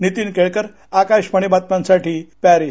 नीतीन केळकर आकाशवाणी बातम्यांसाठी पॅरिस